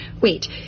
Wait